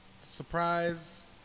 surprise